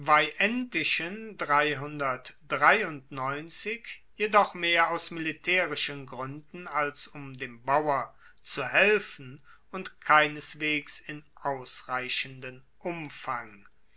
jedoch mehr aus militaerischen gruenden als um dem bauer zu helfen und keineswegs in ausreichenden umfang